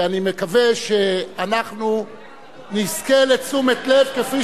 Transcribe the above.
ואני מקווה שאנחנו נזכה לתשומת לב כפי